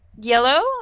yellow